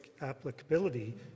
applicability